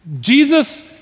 Jesus